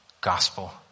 gospel